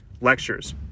lectures